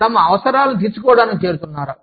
లేదా తమ అవసరాలను తీర్చుకోవడానికి చేరుతున్నారా